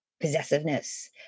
possessiveness